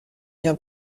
bien